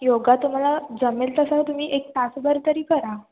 योग तुम्हाला जमेल तसा तुम्ही एक तास भर तरी करा